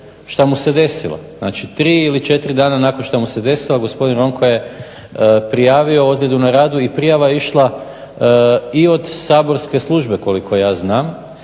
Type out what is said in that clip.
što mu se desilo. Znači 3 ili 4 dana nakon što mu se desilo, a gospodin Ronko je prijavio ozljedu na radu i prijava je išla i od saborske službe koliko ja znam,